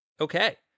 Okay